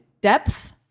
Depth